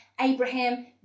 Abraham